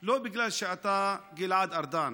לא בגלל שאתה גלעד ארדן,